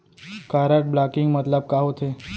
Card blocking मतलब का होथे?